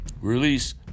release